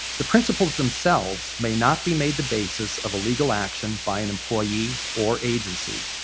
the principles themselves may not be made the basis of a legal action by an employee or agency.